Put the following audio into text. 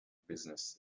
business